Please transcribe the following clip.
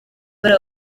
bari